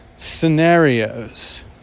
scenarios